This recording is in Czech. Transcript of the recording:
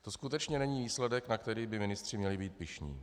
To skutečně není výsledek, na který by ministři měli být pyšní.